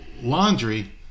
laundry